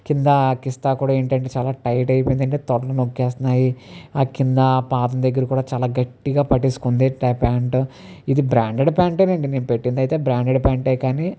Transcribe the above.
కింద కిస్తా కూడా ఏంటంటే చాలా టైట్ అయిపోయింది ఏంటంటే తొడలు నొక్కేస్తున్నాయి ఆ కింద పాదం దగ్గర కూడా చాలా గట్టిగా పట్టేసుకుంది ప్యాంటు ఇది బ్రాండెడ్ పాంటే అండి నేను పెట్టింది అయితే బ్రాండెడ్ ప్యాంటే కానీ